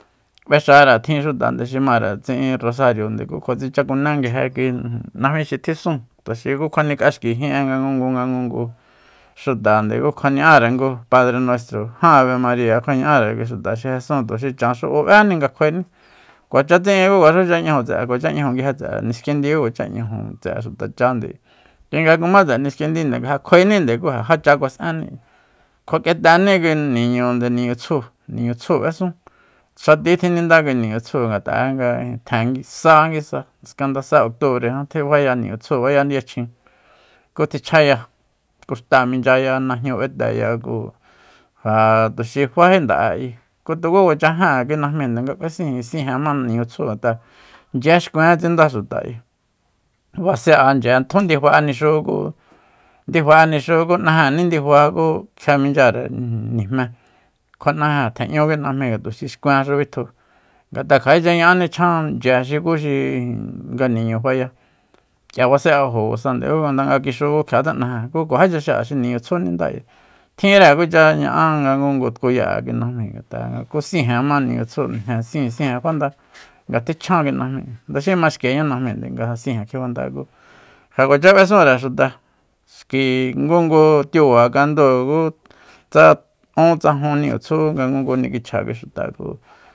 B'exare tjin xuta xi mare tsi'in rosario tu kjuatsichakune nguije najmixi tjisúun tuxi ku kjuanik'axki jin'e ngu nga ngungu xutande ku kjua ña'are ngu padre nuestro jan abemariya kjua ña'are kui xuta xi jesúun chan xu bu'béni nga kjuaení kuacha tsi'in ku kuaxucha 'ñajo tse'e kuacha 'ñajo nguije tse'e niskindi ku kuacha ñ'ajo tse'e xuta chande kuinga kuma tse'e niskindinde nga ja kjuaeninde ku já cha kuas'enni kjua k'eteni kui niñu tsju niñu tsju b'esun xati tjininda kui niñu tsju ngat'a'e nga ijin tjen sa nguisa skanda sa octubre jan tjifaya niñu tsju baya yachjin ku tichjaya kuxtáa minchaya najñu b'ete tuxi faéji nda'e ayi ku tuku kuacha jen kui najminde nga b'es'iin sijen ma niñu tsju ngat'a nchye xkuen tsinda xuta ayi basen'a nchye tjun ndifa'e nixú ku ndifa nixú ku n'ajenní ndifa ku kjia minchyare nijme kjua n'ajen tjen'ñú kui najmi ngatuxi xkuenxu bitju ngat'a kja'écha ña'a nichjan nchye xukuxi nga niñu faya k'ia basen'ajokusande ku skanda nga kixu kjia tse n'ajen ku kuajícha xi'a xi niñu tsju ninda ayi tjinre nga kucha ña'á nga ngungu tkuya'e kui najmi ngat'a nga ku sijen ma niñu tsju sijensijen fanda nga tji chjan kui najmi ndaxi maxkieña najmi nga ja sijen kjifanda ku ja kuacha b'esunre xuta xki ngungu tiba kandúu ku tsa ún tsa jun niñu tsjú nga ngungu nikichja kui xuta ku